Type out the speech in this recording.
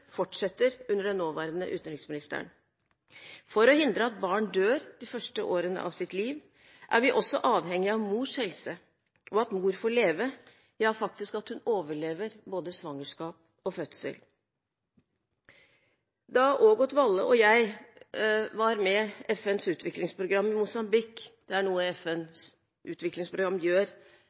fortsetter under den nåværende utenriksministeren. For å hindre at barn dør de første årene av sitt liv er vi også avhengig av mors helse og at mor får leve – faktisk at hun overlever både svangerskap og fødsel. Ågot Valle og jeg var med FNs utviklingsprogram i Mosambik – det er noe FNs utviklingsprogram gjør